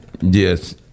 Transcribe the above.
Yes